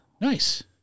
Nice